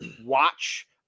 watch